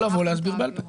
או לבוא ולהסביר בעל פה.